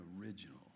original